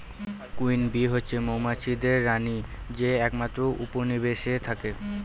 queen bee হচ্ছে মৌমাছিদের রানী যে একমাত্র উপনিবেশে থাকে